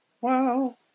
Wow